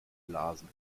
lasen